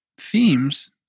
themes